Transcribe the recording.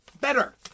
better